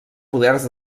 poders